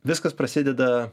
viskas prasideda